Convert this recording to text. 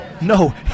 no